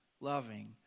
loving